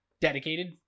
Dedicated